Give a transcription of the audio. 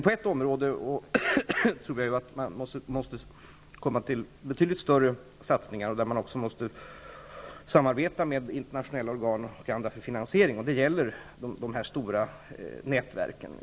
På ett område tror jag att det måste till betydligt större satsningar. Där måste man också samarbeta med bl.a. internationella organ för finansiering. Det gäller de stora nätverken.